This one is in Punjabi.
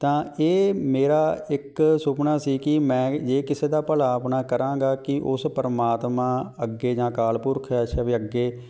ਤਾਂ ਇਹ ਮੇਰਾ ਇੱਕ ਸੁਪਨਾ ਸੀ ਕਿ ਮੈਂ ਜੇ ਕਿਸੇ ਦਾ ਭਲਾ ਆਪਣਾ ਕਰਾਂਗਾ ਕੀ ਉਸ ਪਰਮਾਤਮਾ ਅੱਗੇ ਜਾਂ ਅਕਾਲ ਪੁਰਖ ਅਛਾ ਵੀ ਅੱਗੇ